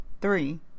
Three